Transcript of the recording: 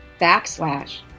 backslash